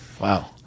Wow